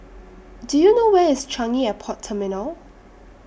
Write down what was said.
Do YOU know Where IS Changi Airport Terminal